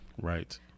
right